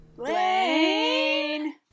Blaine